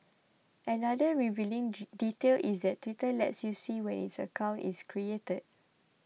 another revealing detail is that Twitter lets you see when its accounts is created